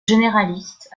généraliste